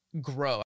grow